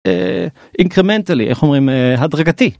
אינקרמנטלי איך אומרים הדרגתי.